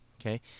okay